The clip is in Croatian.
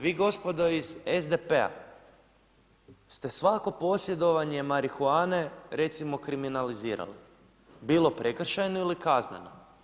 Vi gospodo iz SDP-a ste svako posjedovanje marihuane recimo kriminalizirali, bilo prekršajno ili kazneno.